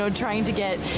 so trying to get,